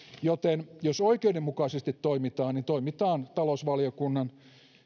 näin ollen jos oikeudenmukaisesti toimitaan niin toimitaan talousvaliokunnan